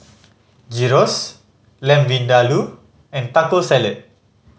Gyros Lamb Vindaloo and Taco Salad